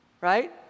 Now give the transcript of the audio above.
right